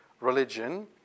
religion